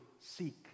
seek